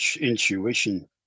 intuition